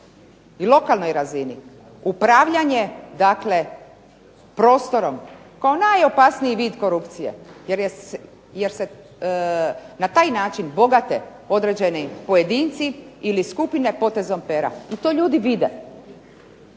i lokalnoj razini, upravljanje dakle prostorom, kao najopasniji vid korupcije, jer se na taj način bogate određeni pojedinci ili skupine potezom pera, i to ljudi vide.